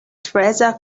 theresa